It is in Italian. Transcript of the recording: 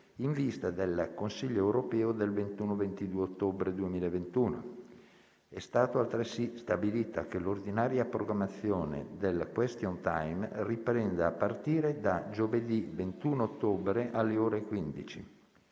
in vista del Consiglio europeo del 21 e 22 ottobre 2021. È stato altresì stabilito che l'ordinaria programmazione del *question time* riprenda a partire da giovedì 21 ottobre, alle ore 15.